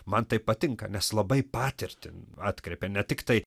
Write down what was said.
man tai patinka nes labai patirtin atkreipia ne tiktai